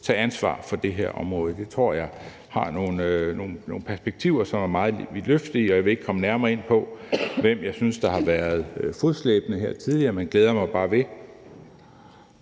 tage ansvar for det her område. Det tror jeg har nogle perspektiver, som er meget vidtløftige, og jeg vil ikke komme nærmere ind på, hvem jeg synes der har været fodslæbende her tidligere, men glæder mig bare ved,